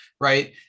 right